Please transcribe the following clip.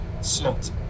slot